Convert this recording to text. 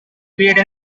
create